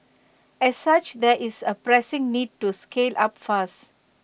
as such there is A pressing need to scale up fast